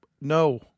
no